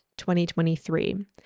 2023